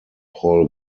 paul